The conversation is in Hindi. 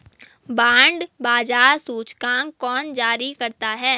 बांड बाजार सूचकांक कौन जारी करता है?